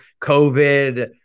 COVID